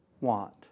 want